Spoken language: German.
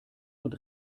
und